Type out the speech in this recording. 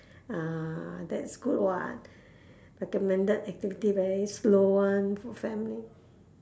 ah that's good [what] recommended activity very slow [one] for family